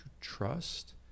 trust